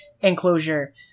enclosure